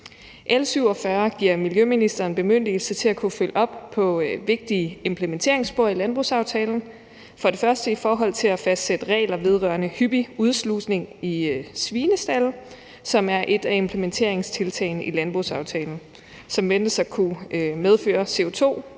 L 47 giver miljøministeren bemyndigelse til at kunne følge op på vigtige implementeringsspor i landbrugsaftalen, bl.a. i forhold til at fastsætte regler vedrørende hyppig udslusning af gylle i svinestalde, som er et af implementeringstiltagene i landbrugsaftalen, som ventes at kunne medføre CO2-reduktioner